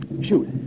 shoot